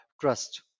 trust